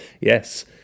yes